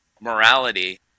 morality